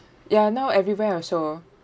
ya now everywhere also